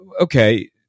okay